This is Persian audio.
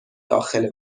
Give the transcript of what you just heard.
داخل